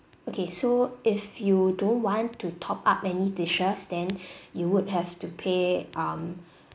okay so if you don't want to top up any dishes then you would have to pay um